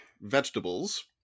vegetables